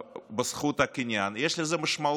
בזכות הקניין אחרי אישור הרפורמה יש משמעות.